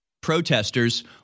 protesters